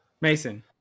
Mason